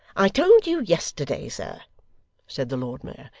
i told you yesterday, sir said the lord mayor,